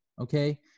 okay